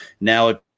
Now